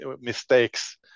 mistakes